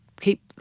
keep